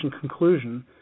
conclusion –